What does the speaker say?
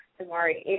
Tamari